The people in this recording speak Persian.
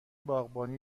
باغبانی